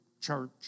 church